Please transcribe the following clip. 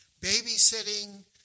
babysitting